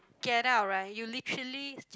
get out right you literally